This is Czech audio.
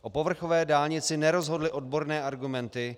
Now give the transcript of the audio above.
O povrchové dálnici nerozhodly odborné argumenty.